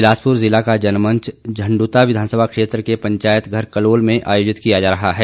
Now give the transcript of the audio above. बिलासपुर जिला का जनमंच झण्डुता विधान सभा क्षेत्र के पंचायत घर कलोल में आयोजित किया जा रहा है